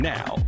Now